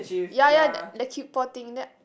ya ya the the kid poor thing then